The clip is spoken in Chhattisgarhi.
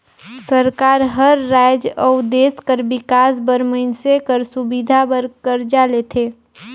सरकार हर राएज अउ देस कर बिकास बर मइनसे कर सुबिधा बर करजा लेथे